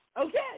Okay